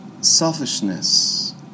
selfishness